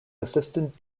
assistant